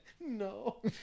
No